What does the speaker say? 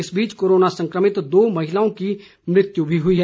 इस बीच कोरोना संकमित दो महिलाओं की मृत्यु हुई है